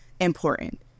important